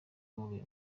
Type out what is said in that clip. mobile